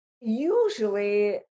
usually